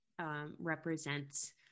represents